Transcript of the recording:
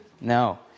No